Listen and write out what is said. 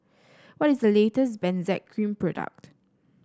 what is the latest Benzac Cream product